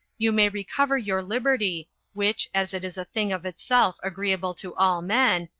you may recover your liberty, which, as it is a thing of itself agreeable to all men,